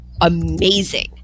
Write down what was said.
amazing